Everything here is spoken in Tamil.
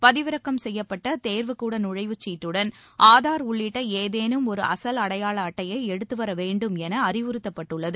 பதிவிறக்கம் செய்யப்பட்ட தேர்வுக்கூட நுழைவுச்சீட்டுடன் ஆதார் உள்ளிட்ட ஏதேனும் ஒரு அகல் அடையாள அட்டையை எடுத்து வர வேண்டும் என அறிவுறுத்தப்பட்டுள்ளது